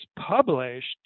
published